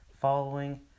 following